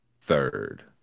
third